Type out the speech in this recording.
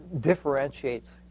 differentiates